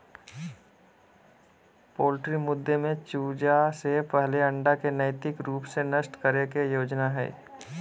poultry मुद्दे में चूजा से पहले अंडा के नैतिक रूप से नष्ट करे के योजना हइ